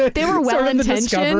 but they were well-intentioned, and